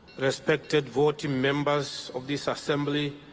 respected voting members of this assembly,